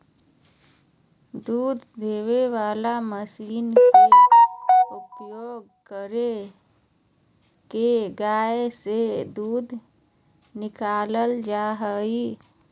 दूध देबे वला मशीन के उपयोग करके गाय से दूध निकालल जा हइ